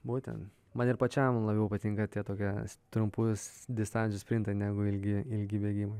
būtent man ir pačiam labiau patinka tie tokie trumpų distancijų sprintai negu ilgi ilgi bėgimai